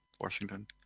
Washington